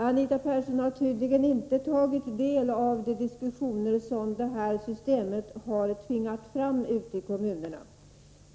Anita Persson har tydligen inte tagit del av de diskussioner som systemet har tvingat fram ute i kommunerna.